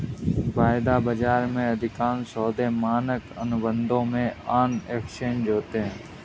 वायदा बाजार में, अधिकांश सौदे मानक अनुबंधों में ऑन एक्सचेंज होते हैं